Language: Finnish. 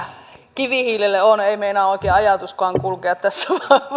kivihiilelle on ei meinaa oikein ajatuskaan kulkea tässä